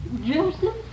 Joseph